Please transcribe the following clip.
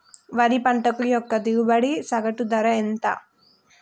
వరి పంట యొక్క దిగుబడి సగటు ధర ఎంత?